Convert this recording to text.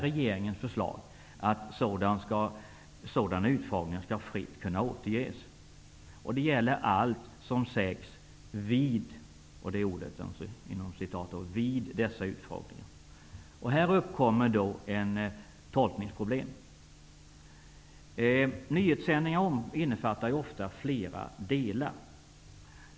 Regeringens förslag är att uttalanden från utfrågningar fritt skall kunna återges. Detta gäller allt som sägs ''vid'' dessa utfrågningar. Här uppkommer ett tolkningsproblem. Nyhetssändningar innefattar ofta flera delar.